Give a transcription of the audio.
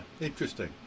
interesting